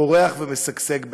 פורח ומשגשג בעזה,